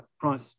price